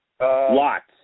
Lots